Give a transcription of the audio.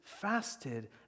fasted